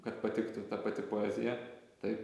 kad patiktų ta pati poezija taip